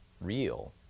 real